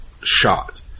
shot